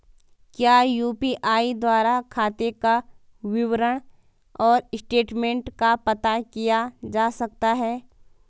क्या यु.पी.आई द्वारा खाते का विवरण और स्टेटमेंट का पता किया जा सकता है?